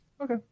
Okay